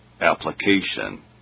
Application